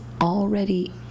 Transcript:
already